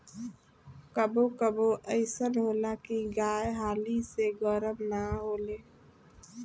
कबो कबो अइसन होला की गाय हाली से गरम ना होले